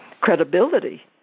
credibility